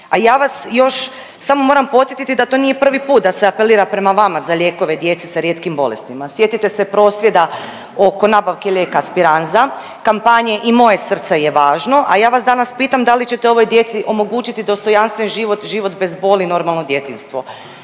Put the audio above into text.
A ja vas još samo moram podsjetiti da to nije prvi put da se apelira prema vama za lijekove djeci sa rijetkim bolestima. Sjetite se prosvjeda oko nabavke lijeka Spinraza, kampanje I moje srce je važno, a ja vas danas pitam da li ćete ovoj djeci omogućiti dostojanstven život, život bez boli i normalno djetinjstvo?